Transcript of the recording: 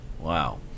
Wow